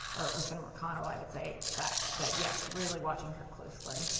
or so and mcconnell i would say expects. but yes, really watching her closely.